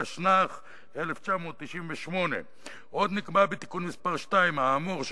התשנ"ח 1998. עוד נקבע בתיקון מס' 2 האמור,